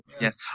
Yes